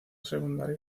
secundari